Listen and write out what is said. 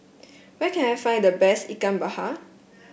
where can I find the best Ikan Bakar